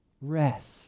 Rest